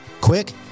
quick